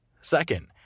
Second